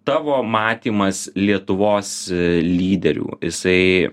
tavo matymas lietuvos lyderių jisai